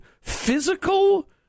physical